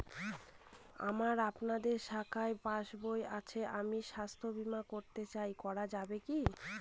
আমার আপনাদের শাখায় পাসবই আছে আমি স্বাস্থ্য বিমা করতে চাই করা যাবে কি?